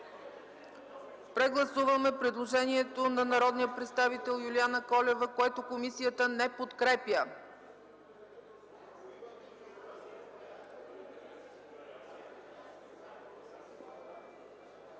Прегласуваме предложението на народния представител Юлиана Колева, което комисията не подкрепя.